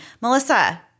Melissa